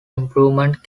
improvement